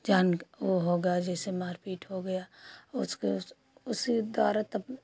जान वह हो जैसे मार पीट हो गया उसको उसी द्वारा तब